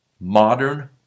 modern